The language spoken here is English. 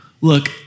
Look